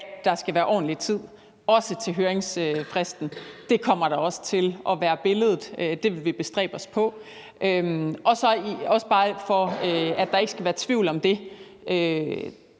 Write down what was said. at der skal være ordentlig tid også til høringsfristen. Det kommer også til at være billedet; det vil vi bestræbe os på. For at der ikke skal være tvivl om det,